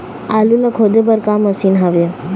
आलू ला खोदे बर का मशीन हावे?